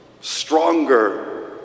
stronger